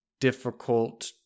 difficult